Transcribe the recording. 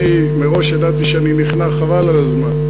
אני מראש ידעתי שאני נכנע, חבל על הזמן.